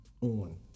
on